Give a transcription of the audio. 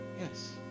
yes